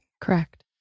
Correct